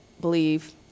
believe